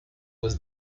was